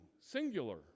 singular